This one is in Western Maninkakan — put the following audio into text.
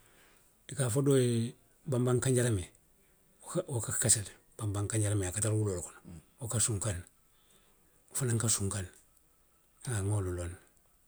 I ka a fo doo ye banbaŋ kanjalamee, wo ka, wo ka kasa le, banbaŋ kanjalamee a ka tara wuloo le kono, wo ka sunkaŋ ne, wo fanaŋ ka sunkaŋ ne, haa nŋa wolu loŋ ne.